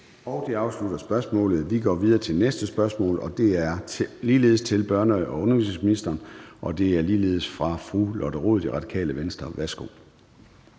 Det afslutter spørgsmålet. Vi går videre til det næste spørgsmål, og det er ligeledes til børne- og undervisningsministeren, og det er ligeledes fra fru Lotte Rod, Radikale Venstre. Kl.